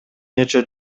нече